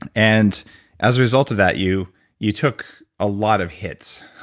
and and as a result of that, you you took a lot of hits.